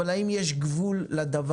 אבל האם יש גבול לדבר?